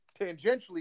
Tangentially